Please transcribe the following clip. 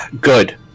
Good